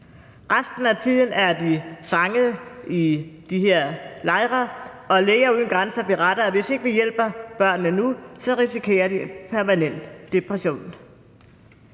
Resten af tiden er de fanget i de her lejre, og Læger Uden Grænser beretter, at hvis ikke vi hjælper børnene nu, så risikerer de permanent depression.